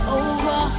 over